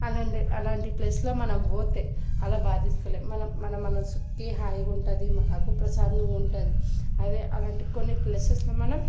అదండి అలాంటి ప్లేస్లో మనం పోతే అలా బాధించుకోలేం మనం మనం మనసుకి హాయిగా ఉంటుంది మనకు ప్రశాంతంగా ఉంటుంది అదే అలాంటి కొన్ని ప్లేసెస్లో మనం